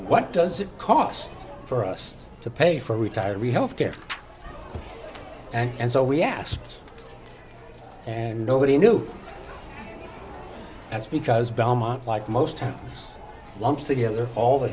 what does it cost for us to pay for retiree health care and so we asked and nobody knew that's because belmont like most lumps together all the